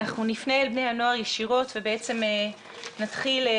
אנחנו נפנה אל בני הנוער ישירות ונתחיל עם